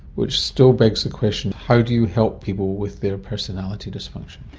which still begs the question how do you help people with their personality dysfunction?